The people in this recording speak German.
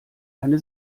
eine